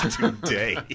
today